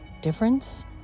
difference